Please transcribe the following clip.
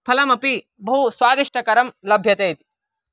फलमपि बहु स्वादिष्टकरं लभ्यते इति